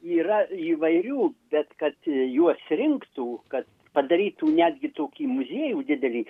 yra įvairių bet kad juos rinktų kad padarytų netgi tokį muziejų didelį